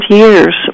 years